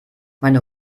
meine